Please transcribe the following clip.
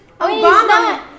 Obama